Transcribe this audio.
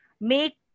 make